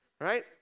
right